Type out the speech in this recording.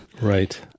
Right